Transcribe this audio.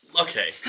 Okay